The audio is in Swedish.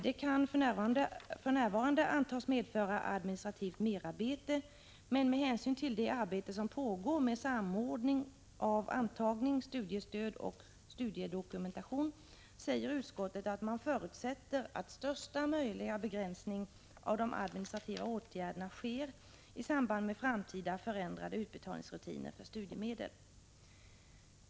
Det kan för närvarande antas medföra administrativt merarbete, men med hänsyn till det arbete som pågår med samordning av antagning, studiestöd och studiedokumentation säger utskottet att man förutsätter att största möjliga begränsning av de administrativa åtgärderna sker i samband med framtida förändrade utbetalningsrutiner för studiemedel.